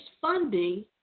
funding